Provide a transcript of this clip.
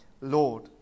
Lord